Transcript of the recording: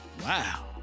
Wow